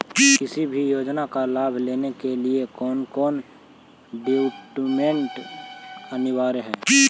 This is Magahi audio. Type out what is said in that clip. किसी भी योजना का लाभ लेने के लिए कोन कोन डॉक्यूमेंट अनिवार्य है?